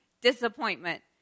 disappointment